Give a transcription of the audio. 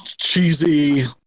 cheesy